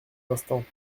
instant